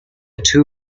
two